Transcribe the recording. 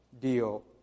deal